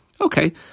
Okay